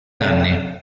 anni